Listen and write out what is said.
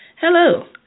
Hello